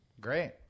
Great